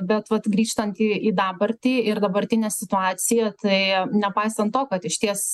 bet vat grįžtant į į dabartį ir dabartinę situaciją tai nepaisant to kad išties